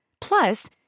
plus